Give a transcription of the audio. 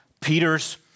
Peter's